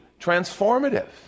transformative